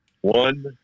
One